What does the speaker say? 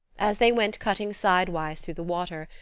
as they went cutting sidewise through the water,